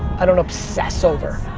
i don't obsess over.